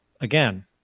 again